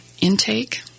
intake